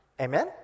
amen